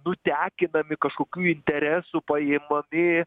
nutekinami kažkokių interesų paimami